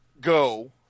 Go